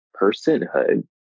personhood